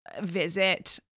visit